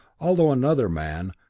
although another man,